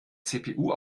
cpu